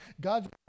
God's